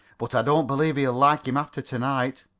but i don't believe he'll like him after tonight.